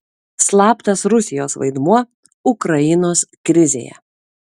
slaptas rusijos vaidmuo ukrainos krizėje